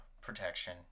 protection